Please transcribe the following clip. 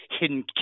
hidden